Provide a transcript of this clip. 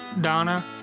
Donna